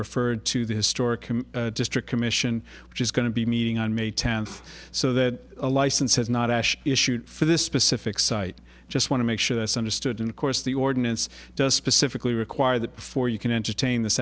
referred to the historic district commission which is going to be meeting on may tenth so that a license is not ash issued for this specific site just want to make sure this understood and of course the ordinance does specifically require that before you can entertain this